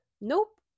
Nope